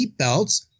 seatbelts